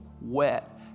wet